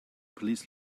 please